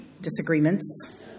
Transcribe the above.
disagreements